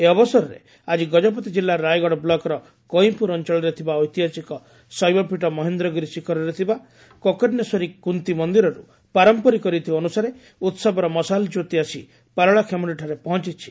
ଏହି ଅବସରରେ ଆଜି ଗଜପତି ଜିଲ୍ଲା ରାୟଗଡ଼ ବ୍କକ୍ର କଇଁପୁର ଅଞଳରେ ଥବା ଐତିହାସିକ ଶୈବପୀଠ ମହେନ୍ଦ୍ରଗିରି ଶିଖରରେ ଥିବା କୋକର୍ଷେଶ୍ୱରୀ କୁନ୍ତୀ ମନ୍ଦିରରୁ ପାରମ୍ମରିକ ରୀତି ଅନୁସାରେ ଉହବର ମଶାଲ କ୍ୟୋତି ଆସି ପାରଳାଖେମୁଖିଠାରେ ପହଞ୍ଚିଛି